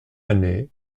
année